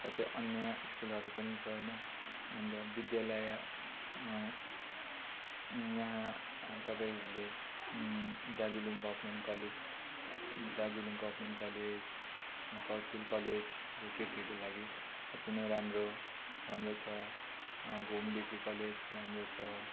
साथै अन्य स्कुलहरू पनि छ होइन अन्त विद्यालय यहाँ तपाईँहरूले Darjeeling government college Darjeeling government college Southfield college जो केटीको लागि अति नै राम्रो राम्रो छ घुम डिग्री कलेज राम्रो छ